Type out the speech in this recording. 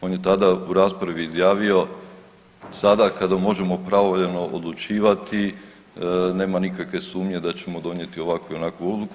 On je tada u raspravi izjavio sada kada možemo pravovaljano odlučivati nema nikakve sumnje da ćemo donijeti ovakvu ili onakvu odluku.